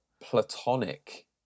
Platonic